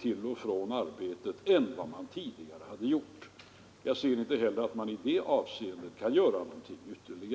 till och från arbetet än tidigare. Jag ser därför inte heller att man i det avseendet kan göra något ytterligare.